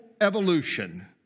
evolution